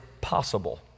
possible